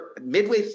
midway